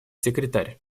секретарь